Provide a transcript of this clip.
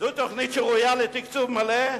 זו תוכנית שראויה לתקצוב מלא?